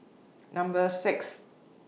Number six